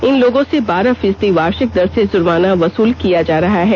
इन लोगों से बारह फीसदी वार्षिक दर से जुर्माना वसुल किया जा रहा है